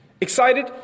Excited